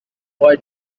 boy